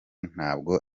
ntabwo